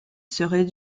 serait